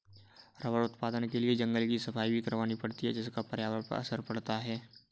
rubber उत्पादन के लिए जंगल की सफाई भी करवानी पड़ती है जिसका पर्यावरण पर असर पड़ता है